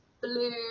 blue